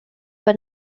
but